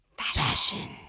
Fashion